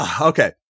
Okay